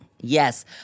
Yes